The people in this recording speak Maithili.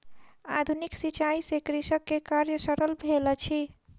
आधुनिक सिचाई से कृषक के कार्य सरल भेल अछि